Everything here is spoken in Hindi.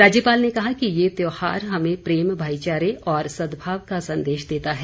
राज्यपाल ने कहा कि ये त्योहार हमें प्रेम भाईचारे और सदभाव का संदेश देता है